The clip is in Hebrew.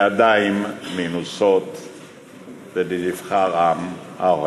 הסכמי השלום עם מצרים עומדים כיום בפני אחד ממבחניהם הקשים